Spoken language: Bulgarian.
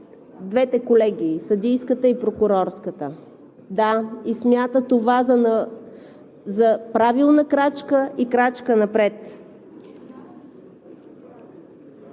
двете колегии – съдийската и прокурорската? Да, и смята това за правилна крачка и крачка напред.